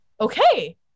okay